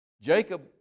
Jacob